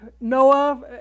Noah